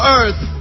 earth